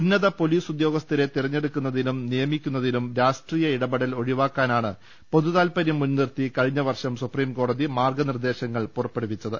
ഉന്നത പൊലീസ് ഉദ്യോഗസ്ഥരെ തെരഞ്ഞെടുക്കുന്ന തിലും നിയമിക്കുന്നതിലും രാഷ്ട്രീയ ഇടപെടൽ ഒഴിവാക്കാനാണ് പൊതു താൽപരൃം മുൻനിർത്തി കഴിഞ്ഞ വർഷം സുപ്രിംകോടതി മാർഗനിർദേ ശങ്ങൾ പുറപ്പെടുവിച്ചത്